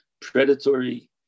predatory